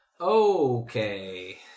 Okay